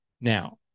Now